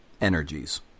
energies